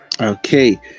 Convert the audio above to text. okay